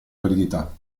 validità